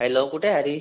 hello कुठे आहे हरीश